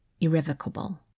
irrevocable